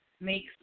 makes